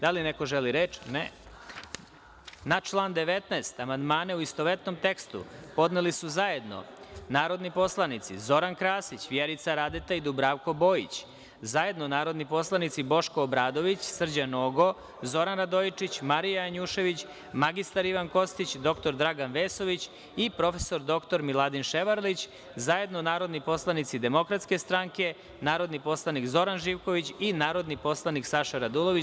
Da li neko želi reč? (Ne) Na član 19. amandmane, u istovetnom tekstu, podneli su zajedno narodni poslanici Zoran Krasić, Vjerica Radeta i Dubravko Bojić, zajedno narodni poslanici Boško Obradović, Srđan Nogo, Zoran Radojičić, Marija Janjušević, mr Ivan Kostić, dr Dragan Vesović i prof. dr Miladin Ševarlić, zajedno narodni poslanici DS, narodni poslanik Zoran Živković i narodni poslanik Saša Radulović.